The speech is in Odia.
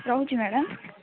ରହୁଛି ମ୍ୟାଡ଼ାମ୍